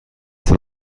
تان